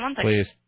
Please